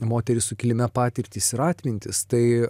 moterys sukilime patirtys ir atmintis tai